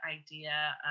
idea